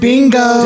Bingo